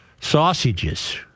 Sausages